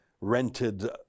rented